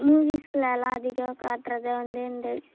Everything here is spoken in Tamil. மூவிஸ்ல எல்லாம் அதிகம் காட்டுறதை வந்து இந்த